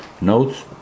notes